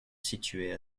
situé